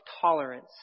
tolerance